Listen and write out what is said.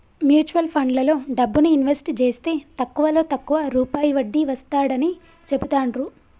mutual ఫండ్లలో డబ్బుని invest జేస్తే తక్కువలో తక్కువ రూపాయి వడ్డీ వస్తాడని చెబుతాండ్రు